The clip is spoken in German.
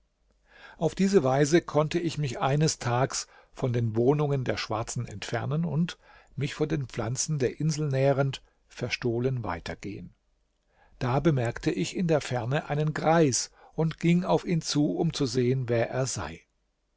auf diese weise konnte ich mich eines tags von den wohnungen der schwarzen entfernen und mich von den pflanzen der insel nährend verstohlen weiter gehen da bemerkte ich in der ferne einen greis und ging auf ihn zu um zu sehen wer er sei